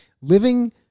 living